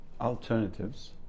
alternatives